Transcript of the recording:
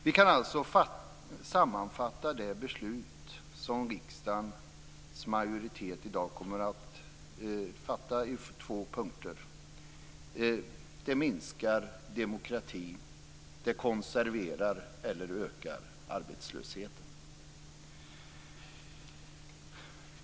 Vi kan alltså sammanfatta det beslut som riksdagens majoritet i dag kommer att fatta i två punkter. Det minskar demokratin och det konserverar eller ökar arbetslösheten.